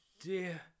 dear